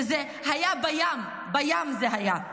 שזה היה בים, בים זה היה.